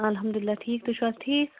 الحَمدُالِلّہ ٹھیٖک تُہُۍ چِھو حظ ٹھیٖک